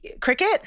Cricket